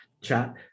chat